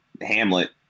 hamlet